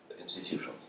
institutions